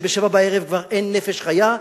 שבשבע בערב כבר אין נפש חיה,